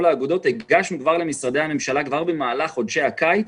האגודות הגשנו כבר למשרדי הממשלה במהלך חודשי הקיץ,